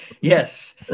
Yes